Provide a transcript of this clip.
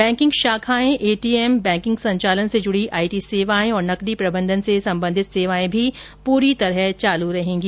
banking शाखाएं ATM banking संचालन से जुड़ी आई टी सेवाएं और नकदी प्रबंधन से संबंधित सेवाएं भी पूरी तरह चालू रहेंगी